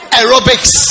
Aerobics